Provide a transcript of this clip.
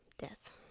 death